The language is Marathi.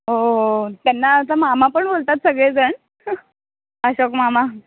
हो हो त्यांना असं मामा पण बोलतात सगळे जण अशोक मामा